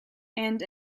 and